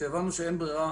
כשהבנו שאין ברירה